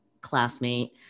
classmate